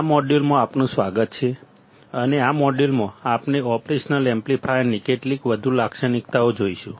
આ મોડ્યુલમાં આપનું સ્વાગત છે અને આ મોડ્યુલમાં આપણે ઓપરેશનલ એમ્પ્લીફાયરની કેટલીક વધુ લાક્ષણિકતાઓ જોઈશું